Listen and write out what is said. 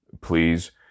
please